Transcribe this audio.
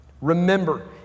Remember